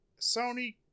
Sony